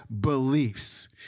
beliefs